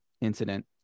incident